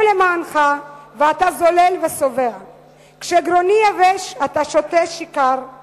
למענך / אתה זולל וסובא / כשגרוני יבש אתה שותה שיכר /